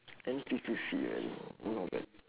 N_P_C_C man not bad